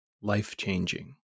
life-changing